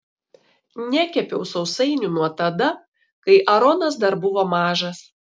nekepiau sausainių nuo tada kai aronas dar buvo mažas